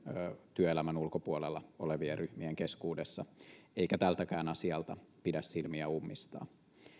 työelämän ulkopuolella olevien ryhmien keskuudessa eikä tältäkään asialta pidä silmiä ummistaa